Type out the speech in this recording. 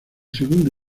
segundo